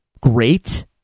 great